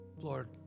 Lord